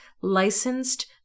licensed